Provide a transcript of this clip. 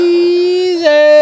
easy